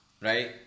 right